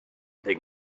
think